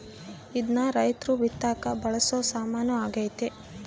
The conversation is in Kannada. ಇದ್ನ ರೈರ್ತು ಬಿತ್ತಕ ಬಳಸೊ ಸಾಮಾನು ಆಗ್ಯತೆ